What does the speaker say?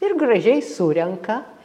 ir gražiai surenka